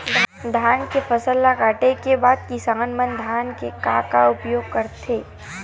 धान के फसल ला काटे के बाद किसान मन धान के का उपयोग करथे?